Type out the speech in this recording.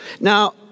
Now